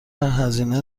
هزینه